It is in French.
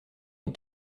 est